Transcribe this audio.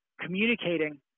communicating